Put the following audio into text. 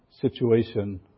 situation